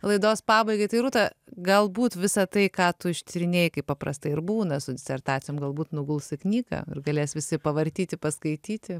laidos pabaigai tai rūta galbūt visa tai ką tu ištyrinėjai kaip paprastai ir būna su disertacijom galbūt nuguls į knygą ir galės visi pavartyti paskaityti